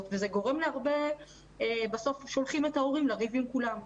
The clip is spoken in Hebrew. וזה גורם לכך שבסוף שולחים את ההורים לריב עם כולם,